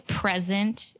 present